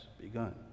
begun